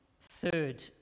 third